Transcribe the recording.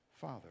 Father